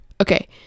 Okay